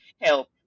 help